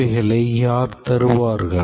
தேவைகளை யார் தருவார்கள்